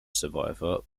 survivor